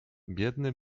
biedny